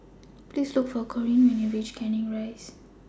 Please Look For Corrine when YOU REACH Canning Rise